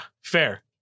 fair